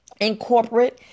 incorporate